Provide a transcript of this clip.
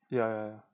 ya ya ya